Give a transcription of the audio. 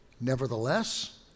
Nevertheless